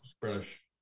British